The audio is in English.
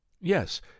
yes